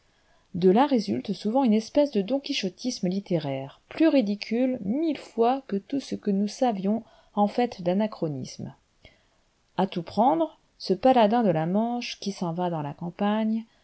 de là résulte souvent une espèce de donquichottisme littéraire plus ridicule mille fois que tout ce que nous savions en fait d'anachronismes à tout prendre ce paladin de la manche qui s'en va dans la campagne